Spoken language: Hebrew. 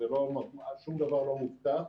שוב דבר לא מובטח.